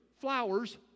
flowers